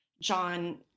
John